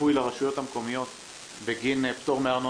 נגיף הקורונה החדש) (מענק לרשויות מקומיות),